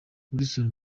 wilson